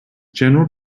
general